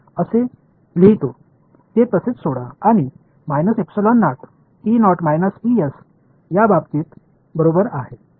तर मी हे असे लिहितो ते तसेच सोडा आणि या बाबतीत बरोबर आहे